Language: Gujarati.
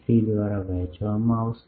3 દ્વારા વહેંચવામાં આવશે